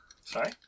Sorry